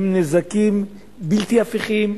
הם נזקים בלתי הפיכים,